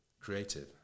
creative